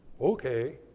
Okay